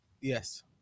Yes